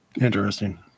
Interesting